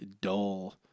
dull